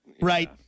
Right